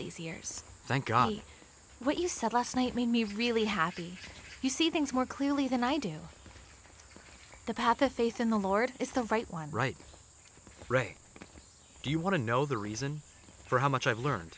god what you said last night made me really happy to see things more clearly than i do the path of faith in the lord is the right one right right do you want to know the reason for how much i've learned